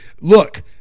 look